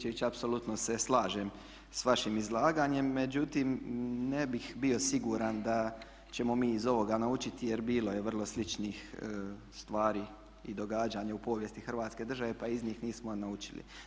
Što se tiče apsolutno se slažem sa vašim izlaganjem, međutim ne bih bio siguran da ćemo mi iz ovoga naučiti jer bilo je vrlo sličnih stvari i događanja u povijesti Hrvatske države pa iz njih nismo naučili.